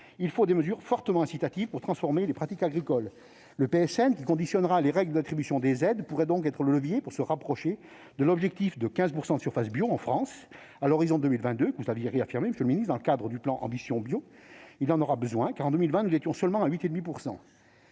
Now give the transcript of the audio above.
il faut des mesures fortement incitatives pour transformer les pratiques agricoles. Le PSN, qui conditionnera les règles d'attribution des aides, pourrait donc être le levier pour se rapprocher de l'objectif de 15 % de surfaces en bio en France à l'horizon 2022, que vous aviez réaffirmé, monsieur le ministre, dans le cadre du plan Ambition Bio. Il y en aura besoin car, en 2020, nous en étions seulement à 8,5 %.